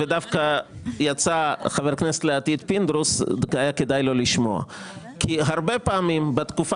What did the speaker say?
במשא ומתן, התחלנו משא